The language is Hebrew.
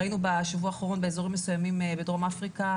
ראינו בשבוע האחרון באזורים מסוימים בדרום אפריקה